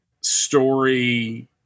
story